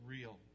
real